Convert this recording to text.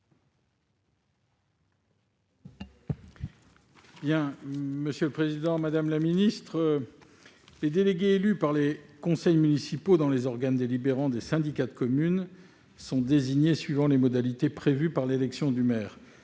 : La parole est à M. Hervé Marseille. Les délégués élus par les conseils municipaux dans les organes délibérants des syndicats de communes sont désignés suivant les modalités prévues par l'élection du maire.